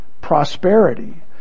prosperity